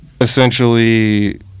essentially